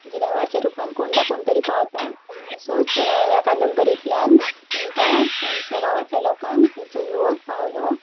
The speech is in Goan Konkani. देवाच्या रुपान कोण ना कोण तरी पावताच असोच ह्या कादंबरींतल्यान तेंकां तेंच्या गांवांतल्या लोकांक तेंचो युवक पावलो